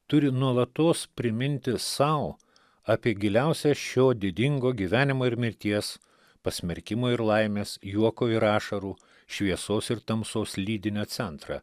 turi nuolatos priminti sau apie giliausią šio didingo gyvenimo ir mirties pasmerkimo ir laimės juoko ir ašarų šviesos ir tamsos lydinio centrą